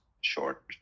short